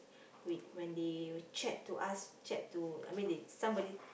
when they chat to ask chat to I mean somebody